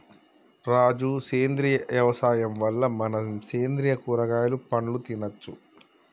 రాజు సేంద్రియ యవసాయం వల్ల మనం సేంద్రియ కూరగాయలు పండ్లు తినచ్చు